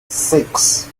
six